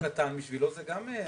אבל גם בשביל הקטנים זה הרבה.